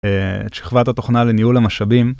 את שכבת התוכנה לניהול המשאבים.